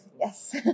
yes